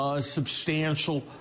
substantial